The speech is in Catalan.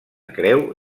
creu